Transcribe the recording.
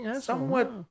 somewhat